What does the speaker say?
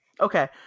okay